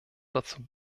dazu